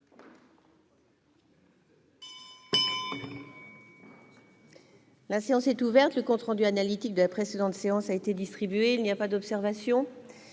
La séance est ouverte. Le compte rendu analytique de la précédente séance a été distribué. Il n'y a pas d'observation